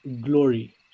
glory